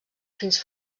fins